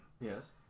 Yes